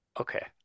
okay